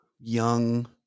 young